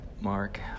Mark